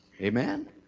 Amen